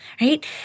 right